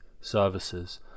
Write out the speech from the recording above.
services